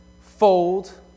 fold